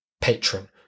Patron